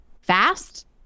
fast